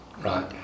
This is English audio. Right